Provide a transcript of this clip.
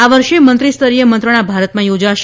આ વર્ષે મંત્રીસ્તરીય મંત્રણા ભારતમાં યોજાશે